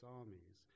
armies